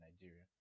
Nigeria